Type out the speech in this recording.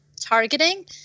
targeting